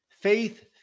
faith